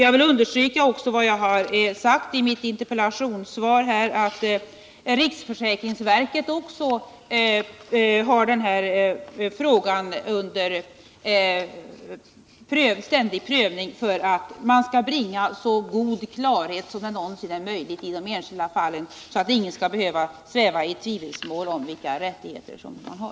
Jag vill också understryka vad jag har sagt i mitt interpellationssvar, om att riksförsäkringsverket också har den här frågan under ständig prövning för att bringa så stor klarhet som det någonsin är möjligt i de enskilda fallen, så att ingen skall behöva sväva i tvivelsmål om vilka rättigheter man har.